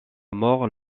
mort